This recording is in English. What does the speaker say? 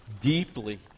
deeply